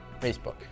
Facebook